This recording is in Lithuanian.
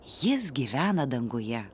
jis gyvena danguje